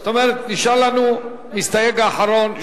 זאת אומרת נשאר לנו המסתייג האחרון,